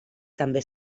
també